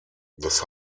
das